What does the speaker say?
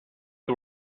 the